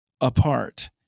apart